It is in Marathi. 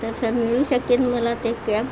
तर सर मिळू शकेल मला ते कॅब